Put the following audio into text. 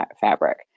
fabric